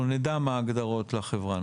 אנחנו נדע מה ההגדרות לחברה.